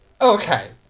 Okay